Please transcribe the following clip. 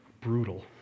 Brutal